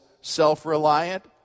self-reliant